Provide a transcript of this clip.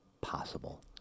possible